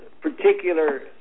particular